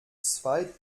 zwei